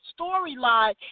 storyline